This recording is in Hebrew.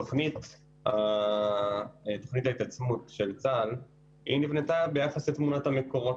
תוכנית ההתעצמות של צה"ל נבנתה ביחס לתמונת המקורות,